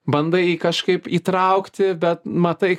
bandai jį kažkaip įtraukti bet matai